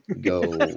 go